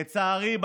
לצערי,